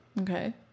okay